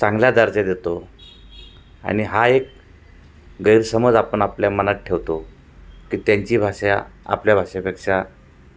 चांगला दर्जा देतो आणि हा एक गैरसमज आपण आपल्या मनात ठेवतो की त्यांची भाषा आपल्या भाषेपेक्षा